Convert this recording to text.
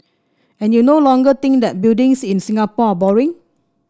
and you no longer think that buildings in Singapore are boring